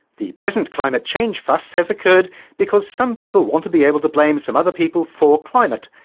the present climate change fuss has occurred because some people want to be able to blame some other people for climate,